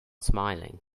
smiling